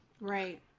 Right